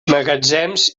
magatzems